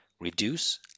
reduce